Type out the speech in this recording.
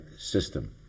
system